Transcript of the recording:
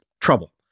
trouble